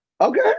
Okay